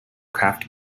craft